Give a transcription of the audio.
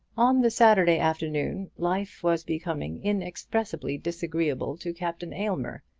on the saturday afternoon life was becoming inexpressibly disagreeable to captain aylmer,